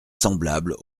semblables